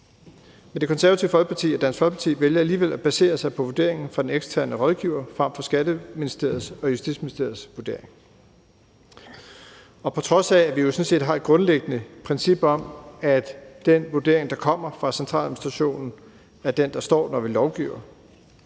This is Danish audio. Men Det Konservative Folkeparti og Dansk Folkeparti vælger alligevel at basere sig på vurderingen fra den eksterne rådgiver frem for Skatteministeriet og Justitsministeriets vurdering, på trods af at vi jo sådan set har et grundlæggende princip om, at den vurdering, der kommer fra centraladministrationen, er den, der står, når vi lovgiver.